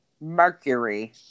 mercury